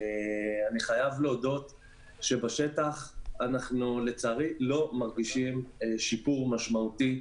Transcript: אני חייב להודות שבשטח אנחנו לא מרגישים שיפור משמעותי,